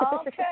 Okay